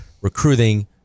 recruiting